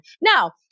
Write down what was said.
Now